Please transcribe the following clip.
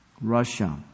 Russia